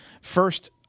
First